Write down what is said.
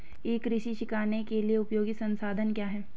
ई कृषि सीखने के लिए उपयोगी संसाधन क्या हैं?